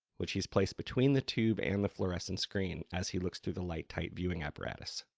which he's placed between the tube and the fluorescent screen, as he looks through the light-tight viewing apparatus.